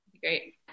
Great